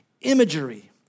imagery